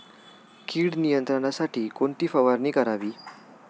कीड नियंत्रणासाठी कोणती फवारणी करावी?